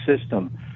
system